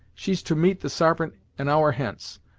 she's to meet the sarpent an hour hence,